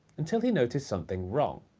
until he noticed something wrong.